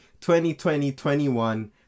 2020-21